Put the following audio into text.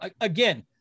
again